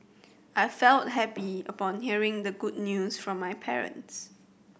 I felt happy upon hearing the good news from my parents